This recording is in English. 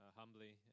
humbly